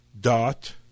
dot